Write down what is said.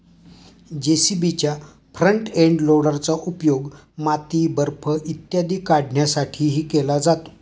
जे.सी.बीच्या front end लोडरचा उपयोग माती, बर्फ इत्यादी काढण्यासाठीही केला जातो